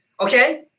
okay